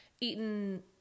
eaten